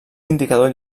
indicador